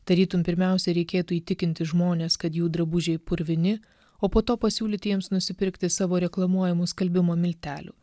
tarytum pirmiausia reikėtų įtikinti žmones kad jų drabužiai purvini o po to pasiūlyti jiems nusipirkti savo reklamuojamų skalbimo miltelių